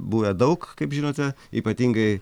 buvę daug kaip žinote ypatingai